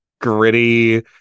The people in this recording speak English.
gritty